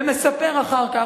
ומספר אחר כך,